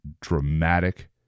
dramatic